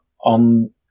on